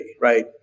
right